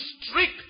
strict